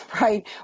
right